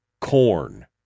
corn